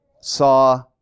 saw